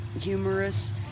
humorous